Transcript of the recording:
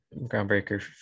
groundbreaker